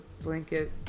blanket